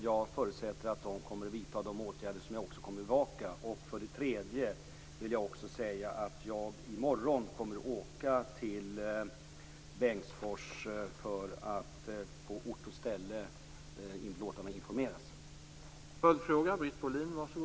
Jag förutsätter att de kommer att vidta åtgärder, vilket jag också kommer att bevaka. För det tredje kommer jag i morgon att åka till Bengtsfors för att låta mig informeras på ort och ställe.